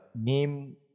name